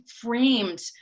framed